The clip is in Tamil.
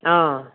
ஆ